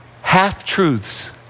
half-truths